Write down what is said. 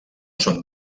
són